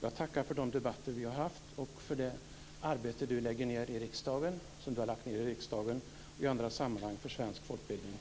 Jag tackar henne för de debatter vi har haft och för det arbete hon har lagt ned i riksdagen och i andra sammanhang för svensk folkbildning.